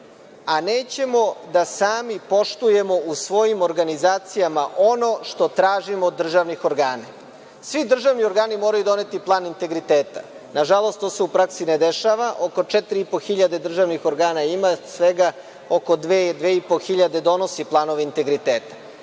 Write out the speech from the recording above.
a nećemo da sami poštujemo u svojim organizacijama ono što tražimo od državnih organa. Svi državni organi moraju doneti plan integriteta. Nažalost, to se u praksi ne dešava. Oko 4.500 državnih organa ima. Svega oko dve, dve i po hiljade donosi planove integriteta.